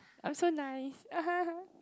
I'm so nice